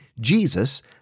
Jesus